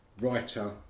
writer